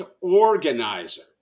organizer